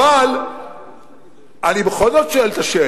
אבל בכל זאת אני שואל את השאלה.